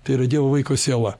tai yra dievo vaiko siela